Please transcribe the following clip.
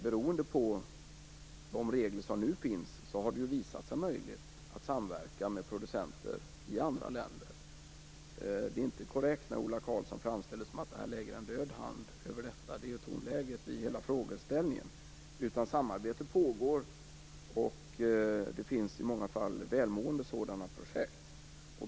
Beroende på de regler som nu finns har det ju visat sig möjligt att samverka med producenter i andra länder. Ola Karlsson framställer det som att det ligger en död hand över detta; det är inte korrekt. Det är ju tonläget i hela frågeställningen. Samarbete pågår, och det finns i många fall välmående sådana här projekt.